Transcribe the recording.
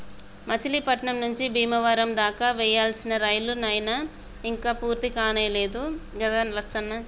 మచిలీపట్నం నుంచి బీమవరం దాకా వేయాల్సిన రైలు నైన ఇంక పూర్తికానే లేదు గదా లచ్చన్న